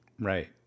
Right